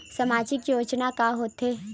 सामाजिक योजना का होथे?